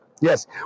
Yes